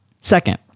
Second